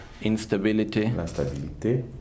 instability